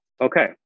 Okay